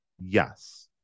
yes